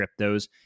cryptos